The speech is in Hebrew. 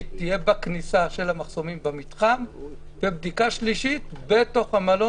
תהיה בכניסה של המחסומים במתחם; ובדיקה שלישית במלון.